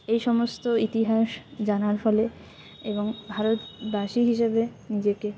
এই সমস্ত ইতিহাস জানার ফলে এবং ভারতবাসী হিসেবে নিজেকে